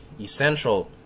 essential